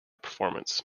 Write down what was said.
performance